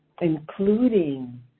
including